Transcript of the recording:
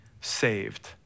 saved